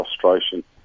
frustration